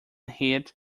hid